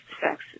sex